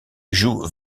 joue